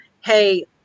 hey